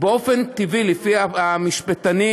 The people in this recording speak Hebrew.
באופן טבעי, לפי המשפטנים,